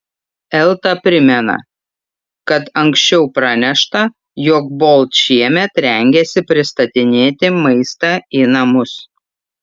elta primena kad anksčiau pranešta jog bolt šiemet rengiasi pristatinėti maistą į namus